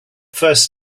first